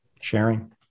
sharing